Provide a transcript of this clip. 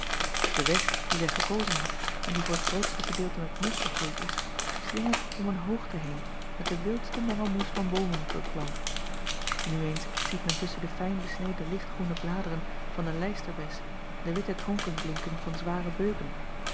e weg dien zij gekozen had en die voor t grootste gedeelte met mosch begroeid is slingert om een hoogte heen met den wildsten mengelmoes van boomen beplant nu eens ziet men tusschen de fijn besneden lichtgroene bladeren van de lijsterbes de witte tronken blinken van zware beuken